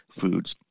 foods